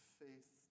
faith